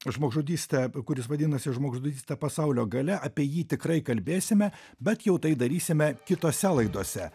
žmogžudystę kuris vadinasi žmogžudystė pasaulio gale apie jį tikrai kalbėsime bet jau tai darysime kitose laidose